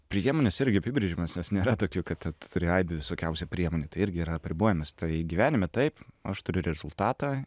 priemonės irgi apibrėžiamos nes nėra tokių kad vat turi aibę visokiausių priemonių tai irgi yra apribojimas tai gyvenime taip aš turiu rezultatą